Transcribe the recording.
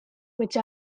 which